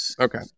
okay